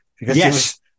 Yes